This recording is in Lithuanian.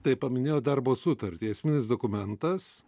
taip paminėjot darbo sutartį esminis dokumentas